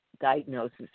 diagnosis